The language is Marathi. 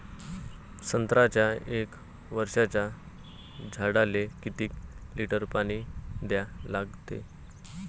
संत्र्याच्या एक वर्षाच्या झाडाले किती लिटर पाणी द्या लागते?